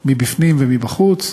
מבפנים ובחוץ,